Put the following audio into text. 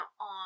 on